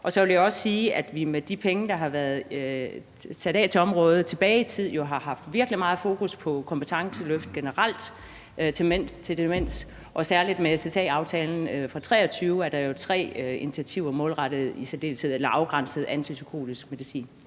Så vil jeg også sige, at vi med de penge, der har været sat af til området tilbage i tiden, jo har haft virkelig meget fokus på kompetenceløft generelt i forbindelse med demens, og særlig med SSA-aftalen fra 2023 er der jo tre initiativer, der i særdeleshed er afgrænset til antipsykotisk medicin.